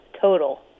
total